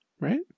right